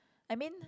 I mean